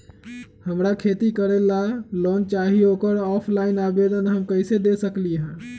हमरा खेती करेला लोन चाहि ओकर ऑफलाइन आवेदन हम कईसे दे सकलि ह?